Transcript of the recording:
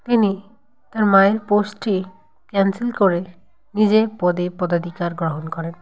তিনি তার মায়ের পোস্টটি ক্যান্সেল করে নিজের পদে পদাধিকার গ্রহণ করেন